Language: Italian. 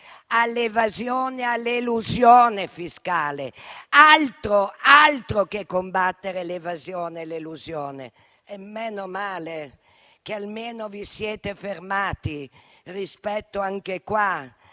all'evasione e all'elusione fiscale. Altro che combattere l'evasione e l'elusione! E meno male che almeno vi siete fermati nel fare